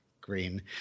green